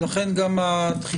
לכן גם הדחיפות,